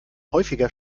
häufiger